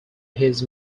his